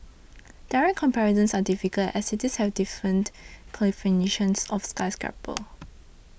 direct comparisons are difficult as cities have different definitions of skyscraper